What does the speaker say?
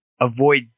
avoid